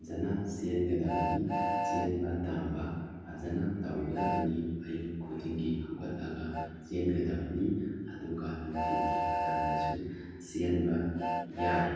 ꯐꯖꯅ ꯆꯦꯟꯒꯗꯕꯅꯤ ꯆꯦꯟꯕ ꯇꯝꯕ ꯐꯖꯅ ꯇꯧꯒꯗꯕꯅꯤ ꯑꯌꯨꯛ ꯈꯨꯗꯤꯡꯒꯤ ꯍꯧꯒꯠꯂꯒ ꯆꯦꯟꯒꯗꯕꯅꯤ ꯑꯗꯨꯒ ꯅꯨꯡꯊꯤꯜꯒꯤ ꯃꯇꯝꯗꯁꯨ ꯆꯦꯟꯕ ꯌꯥꯏ